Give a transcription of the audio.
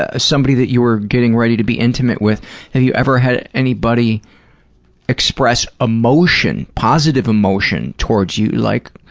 ah somebody that you were getting ready to be intimate with, have you ever had anybody express emotion, positive emotion towards you, like.